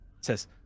says